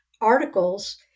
articles